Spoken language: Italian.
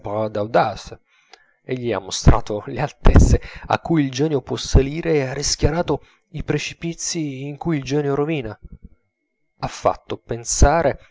exemples d'audace egli ha mostrato le altezze a cui il genio può salire e ha rischiarato i precipizii in cui il genio rovina ha fatto pensare